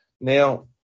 Now